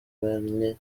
abanye